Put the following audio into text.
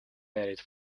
married